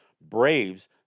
braves